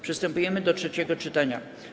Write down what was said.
Przystępujemy do trzeciego czytania.